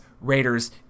Raiders